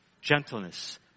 gentleness